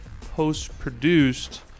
post-produced